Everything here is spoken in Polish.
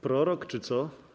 Prorok czy co?